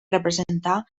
representar